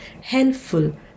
helpful